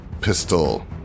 pistol